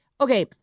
Okay